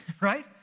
right